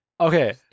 Okay